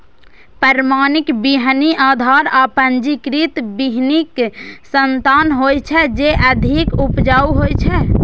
प्रमाणित बीहनि आधार आ पंजीकृत बीहनिक संतान होइ छै, जे अधिक उपजाऊ होइ छै